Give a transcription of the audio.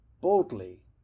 boldly